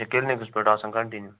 اچھا کٕلنِکَس پٮ۪ٹھ آسان کَنٹِنیٛوٗ